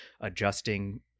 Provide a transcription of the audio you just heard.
adjusting